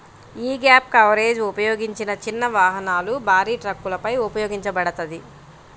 యీ gap coverage ఉపయోగించిన చిన్న వాహనాలు, భారీ ట్రక్కులపై ఉపయోగించబడతది